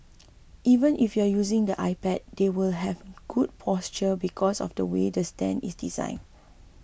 even if you're using the iPad they will have good posture because of the way the stand is designed